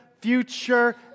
future